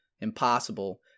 impossible